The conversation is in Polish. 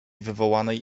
wywołanej